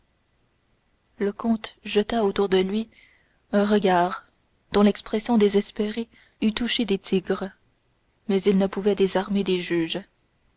le comte jeta autour de lui un regard dont l'expression désespérée eût touché des tigres mais il ne pouvait désarmer des juges